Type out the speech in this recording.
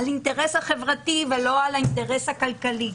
על האינטרס החברתי ולא על האינטרס הכלכלי.